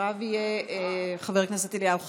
אחריו יהיה חבר הכנסת אליהו חסיד.